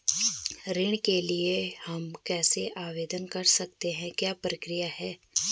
ऋण के लिए हम कैसे आवेदन कर सकते हैं क्या प्रक्रिया है?